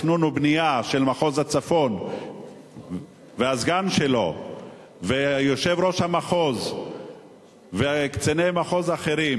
תכנון ובנייה של מחוז הצפון והסגן שלו ויושב-ראש המחוז וקציני מחוז אחרים,